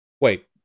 Wait